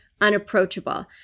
unapproachable